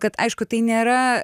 kad aišku tai nėra